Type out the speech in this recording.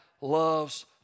loves